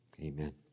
amen